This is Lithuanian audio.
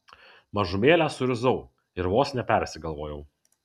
mažumėlę suirzau ir vos nepersigalvojau